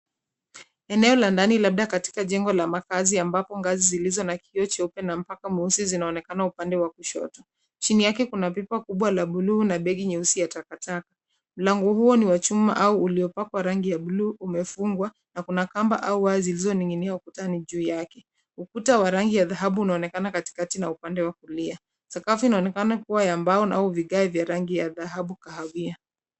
Eneo la ndani labda katika jengo la makaazi ambapo ngazi zilizo na kioo cheupe na mpaka mweusi zinaonekana upande wa kushoto. Chini yake kuna pipa kubwa la buluu na begi nyeusi ya takataka. La nguruo ni wa chuma au uliopakwa rangi ya buluu imefungwa na kuna kamba au wazi zilizoninginia ukutani juu yake. Ukuta wa rangi ya dhahabu unaonekana katikati na upande wa kulia. Sakafu inaonekana kuwa ya mbao au vigae vya rangi ya dhahabu kahawia.